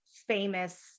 Famous